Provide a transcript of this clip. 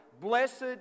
Blessed